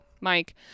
Mike